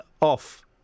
off